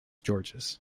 georges